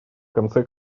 конце